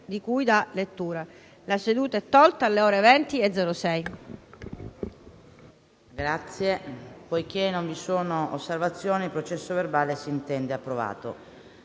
Grazie